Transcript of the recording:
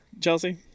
chelsea